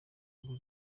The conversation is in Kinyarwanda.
humble